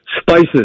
spices